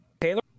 taylor